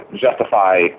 justify